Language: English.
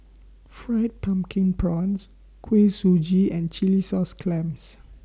Fried Pumpkin Prawns Kuih Suji and Chilli Sauce Clams